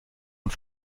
und